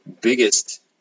biggest